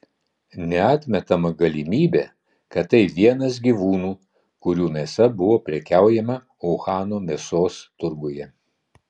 neatmetama galimybė kad tai vienas gyvūnų kurių mėsa buvo prekiaujama uhano mėsos turguje